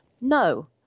No